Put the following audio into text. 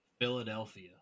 Philadelphia